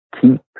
keep